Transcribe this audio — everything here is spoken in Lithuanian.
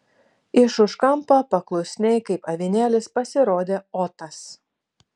iš už kampo paklusniai kaip avinėlis pasirodė otas